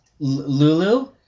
Lulu